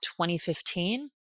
2015